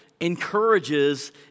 encourages